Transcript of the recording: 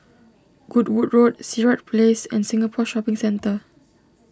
Goodwood Road Sirat Place and Singapore Shopping Centre